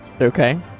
Okay